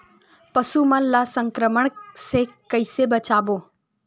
पशु मन ला संक्रमण से कइसे बचाबो?